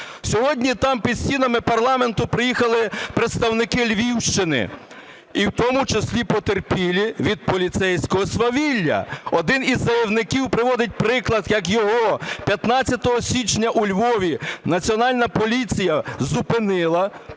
Сьогодні там, під стінами парламенту, приїхали представники Львівщини, і у тому числі потерпілі від поліцейського свавілля. Один із заявників приводить приклад, як його 15 січня у Львові Національна поліція зупинила,